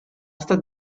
estat